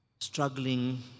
struggling